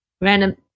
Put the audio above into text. random